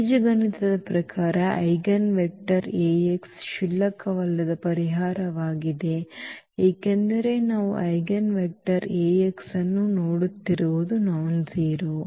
ಬೀಜಗಣಿತದ ಪ್ರಕಾರ eigenvector x ಕ್ಷುಲ್ಲಕವಲ್ಲದ ಪರಿಹಾರವಾಗಿದೆ ಏಕೆಂದರೆ ನಾವು ಐಜೆನ್ವೆಕ್ಟರ್ ಎಕ್ಸ್ ಅನ್ನು ನೋಡುತ್ತಿರುವುದು ನಾನ್ಜೆರೋ